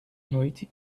noite